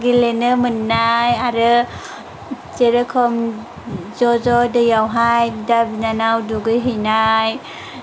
गेलेनो मोननाय आरो जेरोखोम ज' ज' दैयावहाय बिदा बिनानाव दुगै हैनाय